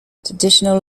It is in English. traditional